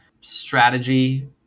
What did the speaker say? strategy